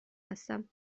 هستم